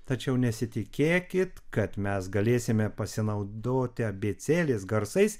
tačiau nesitikėkit kad mes galėsime pasinaudoti abėcėlės garsais